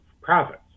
profits